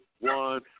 one